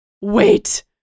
Wait